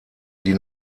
die